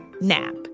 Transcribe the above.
nap